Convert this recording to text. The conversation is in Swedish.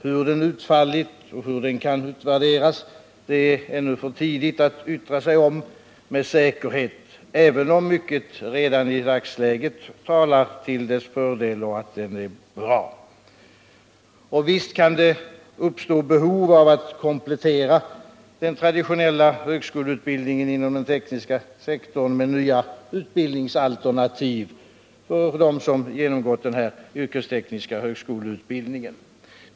Hur den har utfallit och hur den kan utvärderas är det ännu för tidigt att med säkerhet yttra sig om, även om mycket redan i dagsläget talar till dess fördel och för att den är bra. Men visst kan det uppstå behov av att komplettera den traditionella högskoleutbildningen inom den tekniska sektorn med nya utbildningsalternativ för dem som genomgått den yrkestekniska högskoleutbildningen.